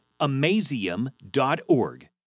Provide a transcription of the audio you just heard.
amazium.org